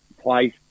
place